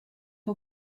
all